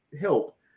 help